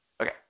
Okay